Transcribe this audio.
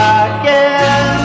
again